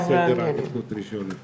כי הנושא הזה נמצא בסדר עדיפות ראשון.